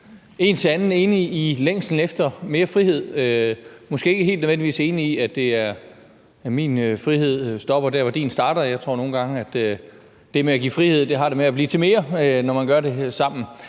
en til en enig i længslen efter mere frihed. Jeg er nødvendigvis måske ikke helt enig i, at min frihed stopper der, hvor din starter. Jeg tror nogle gange, at det med at give frihed har det med at blive til mere, når man gør det sammen.